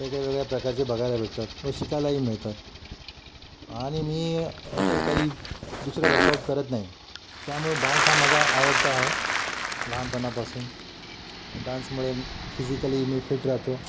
वेगळ्या वेगळ्या प्रकारचे बघायला भेटतात व शिकायलाही मिळतात आणि मी इतर काही दुसरं वर्कआउट करत नाही त्यामुळं डान्स हा माझा आवडता आहे लहानपणापासून डान्समुळे फिजिकली मी फिट राहतो